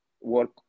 work